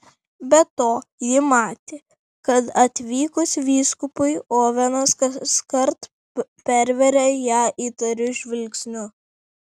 be to ji matė kad atvykus vyskupui ovenas kaskart perveria ją įtariu žvilgsniu